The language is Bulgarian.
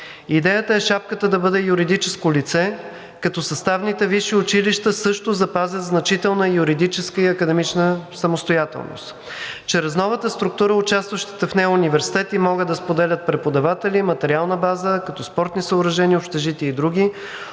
Идеята е шапката да бъде юридическо лице, като съставните висши училища също запазят значителна юридическа и академична самостоятелност. Чрез новата структура участващите в нея университети могат да споделят преподаватели и материална база, като спортни съоръжения, общежития и други,